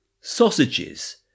sausages